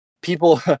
people